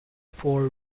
four